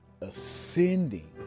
ascending